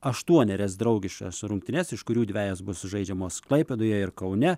aštuonerias draugiškas rungtynes iš kurių dvejos bus žaidžiamos klaipėdoje ir kaune